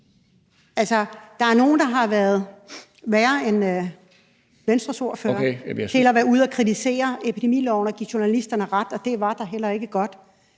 Altså, der er nogle, der har været værre end Venstres ordfører og helt har været ude at kritisere epidemiloven og give journalisterne ret og sige, at det da heller ikke var